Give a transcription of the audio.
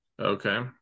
okay